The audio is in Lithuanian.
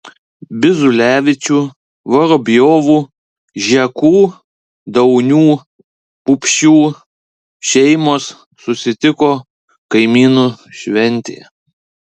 biziulevičių vorobjovų žėkų daunių pupšių šeimos susitiko kaimynų šventėje